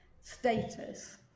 status